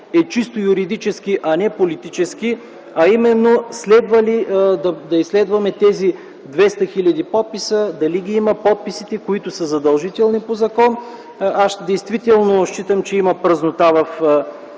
е чисто юридически, а не политически, а именно - трябва ли да изследваме дали в тези 200 хил. подписа има подписите, които са задължителни по закон. Действително смятам, че има празнота в